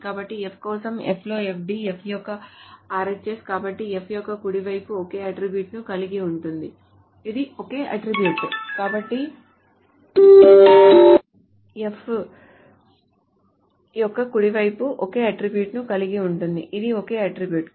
కాబట్టి F కోసం F లో FD F యొక్క RHS కాబట్టి F యొక్క కుడి వైపు ఒకే అట్ట్రిబ్యూట్ ను కలిగి ఉంటుంది ఇది ఒకే అట్ట్రిబ్యూట్